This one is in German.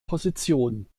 position